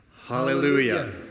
Hallelujah